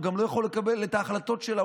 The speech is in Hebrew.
הוא גם לא יכול לקבל את ההחלטות שלה,